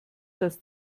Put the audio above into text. das